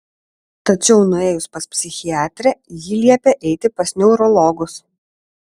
tačiau nuėjus pas psichiatrę ji liepė eiti pas neurologus